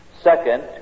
Second